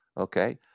okay